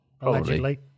Allegedly